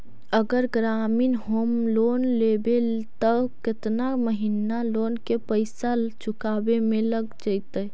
अगर ग्रामीण home loan लेबै त केतना महिना लोन के पैसा चुकावे में लग जैतै?